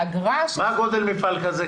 מה גודל מפעל כזה?